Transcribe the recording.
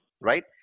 right